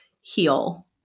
heal